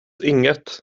inget